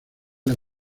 las